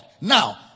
Now